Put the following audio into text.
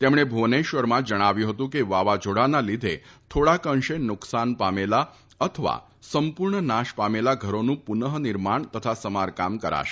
તેમણે ભુવનેશ્વરમાં જણાવ્યું ફતું કે વાવાઝોડાના લીધે થોડાક અંશે નુકસાન પામેલા અથવા સંપૂર્ણ નાશ પામેલા ઘરોનું પુનઃ નિર્માણ તથા સમારકામ કરાશે